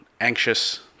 anxious